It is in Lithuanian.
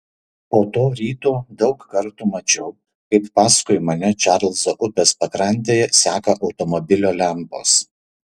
po to ryto daug kartų mačiau kaip paskui mane čarlzo upės pakrantėje seka automobilio lempos